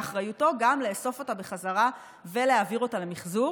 באחריותו גם לאסוף אותה בחזרה ולהעביר אותה למחזור.